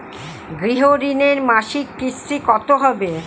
গৃহ ঋণের মাসিক কিস্তি কত হবে?